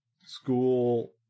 school